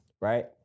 right